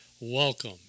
Welcome